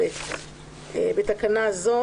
(ב)בתקנה זו,